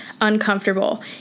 uncomfortable